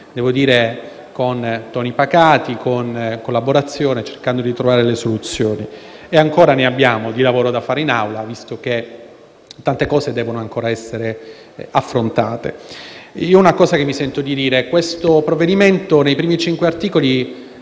devo dire con toni pacati e collaborazione, cercando di trovare le soluzioni. Ancora ne abbiamo di lavoro da fare, in Aula, visto che tante cose devono essere affrontate. Una cosa che mi sento di dire è che il provvedimento, nei primi cinque articoli,